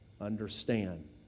understand